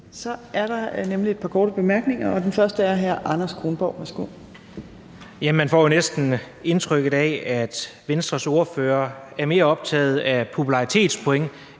Så er der nemlig et par korte bemærkninger. Den første er fra hr. Anders Kronborg. Værsgo. Kl. 17:29 Anders Kronborg (S): Man får jo næsten indtrykket af, at Venstres ordfører er mere optaget af popularitetspoint